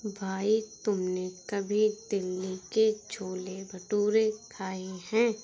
भाई तुमने कभी दिल्ली के छोले भटूरे खाए हैं?